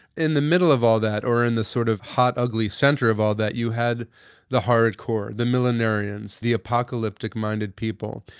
in the middle of all that, or in this sort of hot, ugly center of all that, you had the hardcore, the millenarians, the apocalyptic minded people.